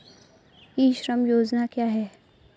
ई श्रम योजना क्या है?